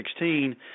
2016